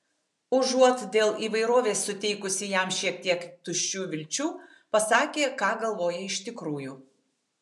užuot dėl įvairovės suteikusi jam šiek tiek tuščių vilčių pasakė ką galvoja iš tikrųjų